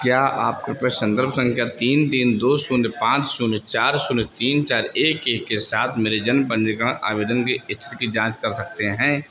क्या आप कृपया संदर्भ संख्या तीन तीन दो शून्य पाँच शून्य चार शून्य तीन चार एक एक के साथ मेरे जन्म पंजीकरण आवेदन की स्थिति की जाँच कर सकते हैं